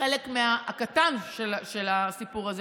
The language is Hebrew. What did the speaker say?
החלק הקטן של הסיפור הזה,